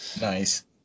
Nice